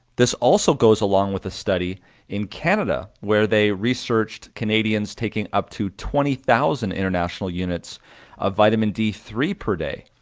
this also goes along with a study in canada where they researched canadians taking up to twenty thousand international units of vitamin d three per day,